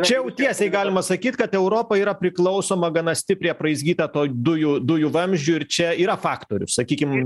čia jau tiesiai galima sakyt kad europa yra priklausoma gana stipriai apraizgyta to dujų dujų vamzdžiu ir čia yra faktorius sakykim